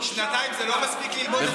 שנתיים זה לא מספיק ללמוד את הנושא?